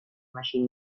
machine